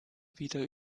wieder